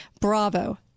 bravo